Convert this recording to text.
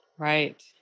Right